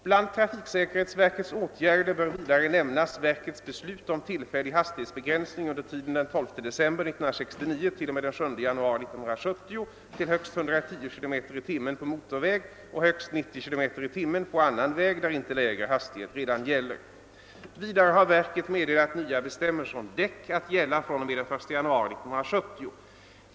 Bland trafiksäkerhetsverkets åtgärder bör vidare nämnas verkets beslut om tillfällig hastighetsbegränsning under tiden den.12 december 1969—den 7 januari 1970 till högst 110 km tim. på annan väg där inte lägre hastighet redan gäller. Vidare har verket meddelat nya bestämmelser om däck att gälla fr.o.m. den 1 januari 1970.